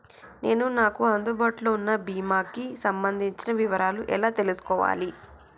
నేను నాకు అందుబాటులో ఉన్న బీమా కి సంబంధించిన వివరాలు ఎలా తెలుసుకోవాలి?